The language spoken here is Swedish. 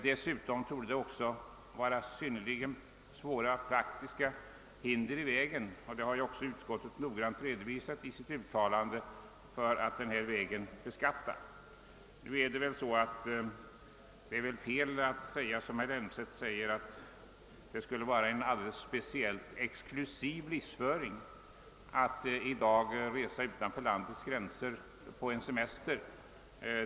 Dessutom torde det föreligga synnerligen svåra praktiska hinder för en beskattning på denna väg, vilket utskottet utförligt redovisat i utlåtandet. Det är väl också fel att säga som herr Elmstedt, att det skulle vara uttryck för en speciellt exklusiv livsföring att i dag resa utanför landets gränser på sin semester.